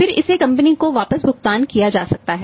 फिर इसे कंपनी को वापस भुगतान किया जा सकता है